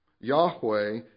Yahweh